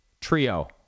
trio